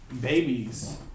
babies